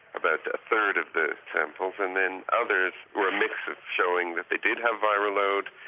about a third of the samples, and then others were a mix of showing that they did have viral load,